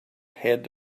had